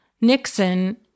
Nixon